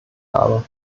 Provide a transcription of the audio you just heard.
habe